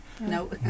No